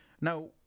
Now